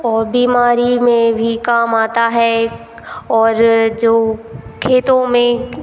और बीमारी में भी काम आता है और जो खेतों में